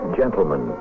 gentlemen